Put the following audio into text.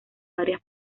varias